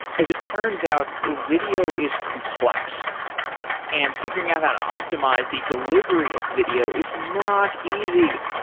as it turns out, video is complex and figuring out how to optimize the delivery of video is not easy.